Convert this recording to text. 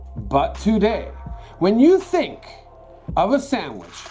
but today when you think of a sandwich,